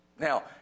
Now